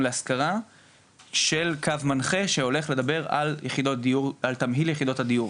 להשכרה של קו מנחה שהולך לדבר על תמהיל יחידות הדיור.